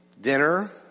dinner